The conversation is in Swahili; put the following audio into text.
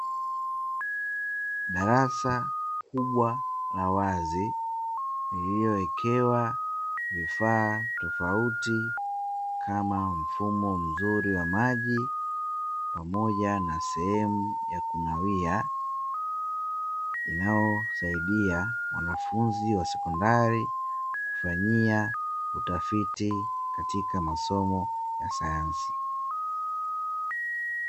Darasa kubwa la wazi lililowekewa vifaa tofauti kama mfumo mzuri wa maji pamoja na sehemu ya kunawia, inayosaidia wanafunzi wa sekondari kufanyia utafiti katika masomo ya sayansi.